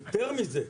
יותר מזה,